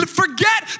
forget